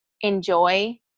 enjoy